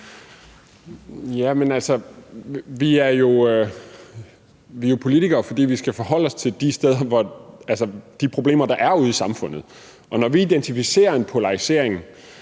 vi er jo politikere, fordi vi skal forholde os til de problemer, der er ude i samfundet, og når vi identificerer en polarisering